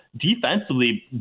defensively